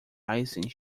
icing